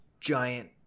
giant